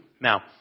Now